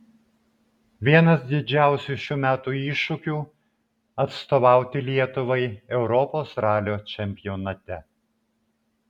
vienas didžiausių šių metų iššūkių atstovauti lietuvai europos ralio čempionate